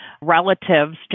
relatives